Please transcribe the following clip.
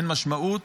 אין משמעות,